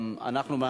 גם את קולי.